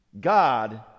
God